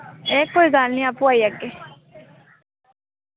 एह् कोई गल्ल निं आप्पू आई जागे